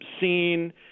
seen